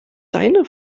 deine